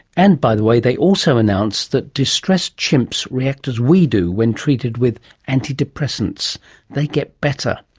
and, by the way, they also announced that distressed chimps react as we do when treated with antidepressants they get better.